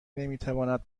نمیتواند